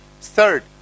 Third